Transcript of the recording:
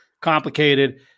Complicated